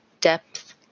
depth